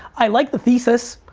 i like the thesis.